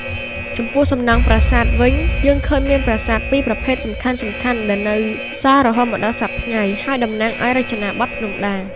ចំពោះសំណង់ប្រាសាទវិញ យើងឃើញមានប្រាសាទពីរប្រភេទសំខាន់ៗដែលនៅសល់រហូតមកដល់សព្វថ្ងៃ ហើយតំណាងឱ្យរចនាបថភ្នំដា។